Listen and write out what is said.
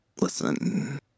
Listen